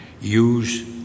use